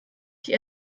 die